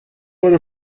vote